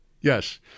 Yes